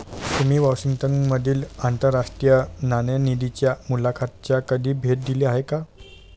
तुम्ही वॉशिंग्टन मधील आंतरराष्ट्रीय नाणेनिधीच्या मुख्यालयाला कधी भेट दिली आहे का?